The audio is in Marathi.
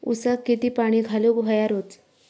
ऊसाक किती पाणी घालूक व्हया रोज?